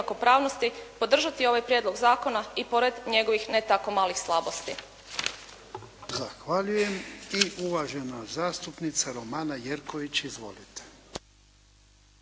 jednakopravnosti podržati ovaj prijedlog zakona i pored njegovih ne tako malih slabosti.